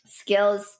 skills